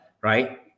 right